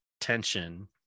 tension